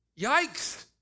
Yikes